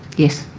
yes.